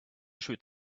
shoot